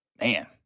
Man